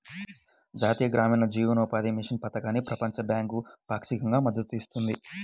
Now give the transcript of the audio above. జాతీయ గ్రామీణ జీవనోపాధి మిషన్ పథకానికి ప్రపంచ బ్యాంకు పాక్షికంగా మద్దతు ఇస్తుంది